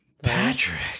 Patrick